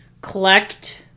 collect